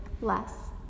less